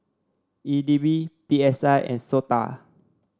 E D B P S I and SOTA